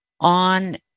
on